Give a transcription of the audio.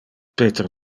peter